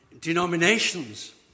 denominations